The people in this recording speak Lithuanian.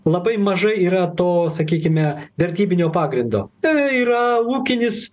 labai mažai yra to sakykime vertybinio pagrindo tai yra ūkinis